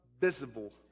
visible